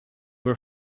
were